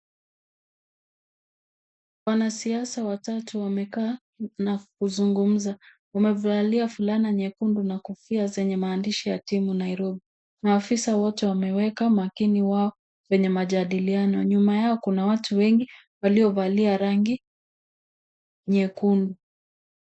Wanasiasa watatu wamekaa na kuzungumza. Wamevalia fulana nyekundu, na kofia zenye maandishi ya timu Nairobi. Maafisa wote wameweka makini wao kwenye majadiliano. Nyuma yao kuna watu wengi waliovalia rangi nyekundu.